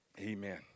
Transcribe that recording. Amen